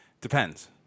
depends